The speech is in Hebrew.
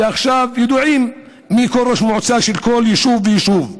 ועכשיו ידוע מי ראש מועצה של כל יישוב ויישוב.